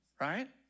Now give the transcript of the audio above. right